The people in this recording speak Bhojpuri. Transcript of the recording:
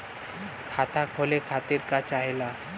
खाता खोले खातीर का चाहे ला?